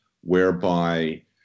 whereby